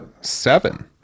seven